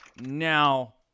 Now